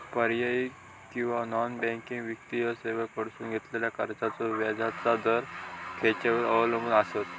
पर्यायी किंवा non banking वित्तीय सेवांकडसून घेतलेल्या कर्जाचो व्याजाचा दर खेच्यार अवलंबून आसता?